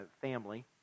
family